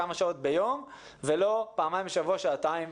כמה שעות ולא פעמיים בשבוע למשך שעתיים.